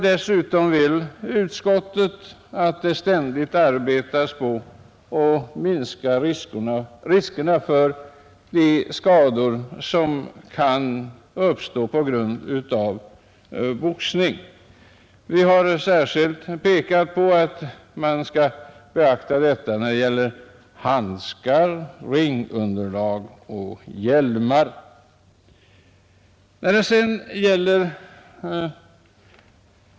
Dessutom vill utskottet att det ständigt arbetas på att minska riskerna för de skador som kan uppstå på grund av boxning. Vi har särskilt pekat på säkerhetsföreskrifterna om handskar, ringunderlag och hjälmar.